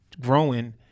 growing